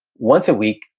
once a week?